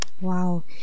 Wow